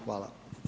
Hvala.